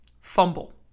Fumble